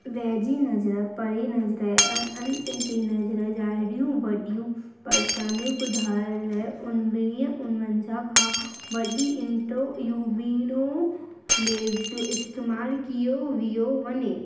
वेझी नज़र परीं नज़र ऐं अणचिटी नज़र जहिड़ियूं वॾियूं परेशानियूं सुधारण लाइ उणिवीह उणिवंजाह खां वॾी इंट्रोयूवीलो लेज़ जो इस्तेमाल कयो वियो वञे